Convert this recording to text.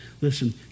listen